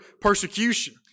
persecution